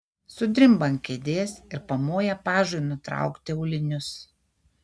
sudrimba ant kėdės ir pamoja pažui nutraukti aulinius